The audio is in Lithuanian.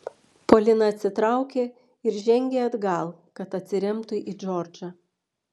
polina atsitraukė ir žengė atgal kad atsiremtų į džordžą